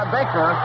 Baker